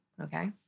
Okay